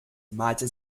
malte